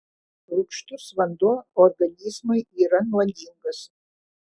rūgštus vanduo organizmui yra nuodingas